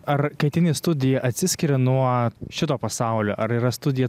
ar kai ateini į studiją atsiskiri nuo šito pasaulio ar yra studija